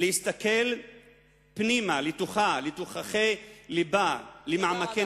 להסתכל פנימה, לתוכה, לתוככי לבה,